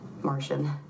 Martian